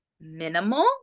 minimal